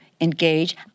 engage